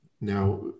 Now